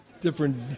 different